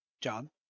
John